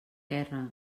gerra